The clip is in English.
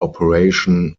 operation